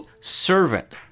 servant